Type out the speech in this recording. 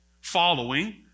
following